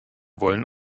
wollen